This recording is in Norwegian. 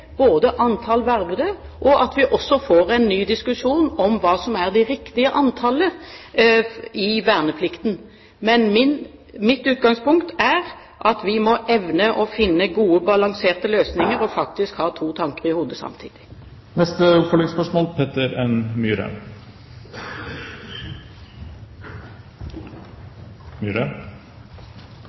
antall vervede, og at vi også får en ny diskusjon om hva som er det riktige antallet i verneplikten. Men mitt utgangspunkt er at vi må evne å finne gode, balanserte løsninger og faktisk ha to tanker i hodet samtidig. Peter N. Myhre